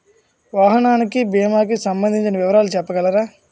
వాహనానికి భీమా కి సంబందించిన వివరాలు చెప్పగలరా?